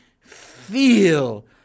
feel